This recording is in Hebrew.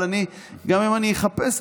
אבל גם אם אני אחפש,